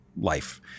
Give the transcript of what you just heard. life